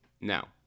Now